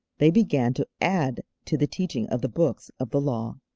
they began to add to the teaching of the books of the law.